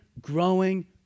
growing